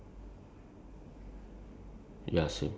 okay so beside that there's a rubbish bin